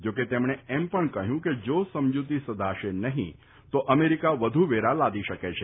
જો કે તેમણે એમ પણ કહ્યું કે જો સમજૂતી સધાશે નહીં તો અમેરિકા વધુ વેરા લાદી શકે છે